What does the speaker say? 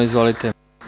Izvolite.